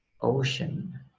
ocean